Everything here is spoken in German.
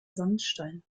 sandstein